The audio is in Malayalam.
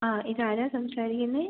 ആ ഇതാരാണ് സംസാരിക്കുന്നത്